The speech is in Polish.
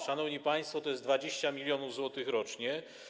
Szanowni państwo, to jest 20 mln zł rocznie.